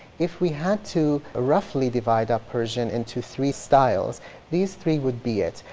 if we had to roughly divide our persian into three styles these three would be it.